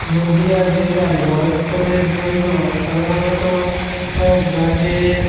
নদিয়া জেলায় বয়স্কদের জন্য সাধারণত গ্রামে